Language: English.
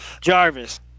Jarvis